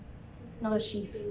ten thirty to two